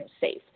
safe